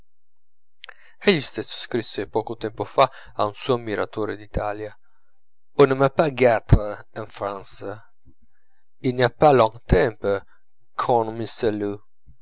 scrisse poco tempo fa a un suo ammiratore d'italia on ne m'a pas